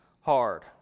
hard